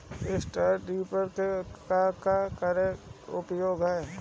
Straw reaper क का उपयोग ह?